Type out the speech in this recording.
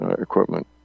equipment